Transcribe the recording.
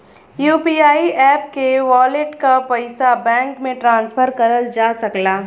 UPI app के wallet क पइसा बैंक में ट्रांसफर करल जा सकला